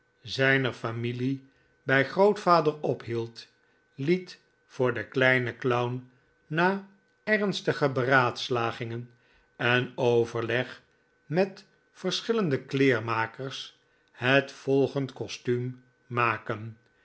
zijner familie bij jozef grimaldi grootvader ophield liet voor den kleinen clown na ernstige beraadslagingen en overleg met verschillende kleermakers het volgendkostuum maken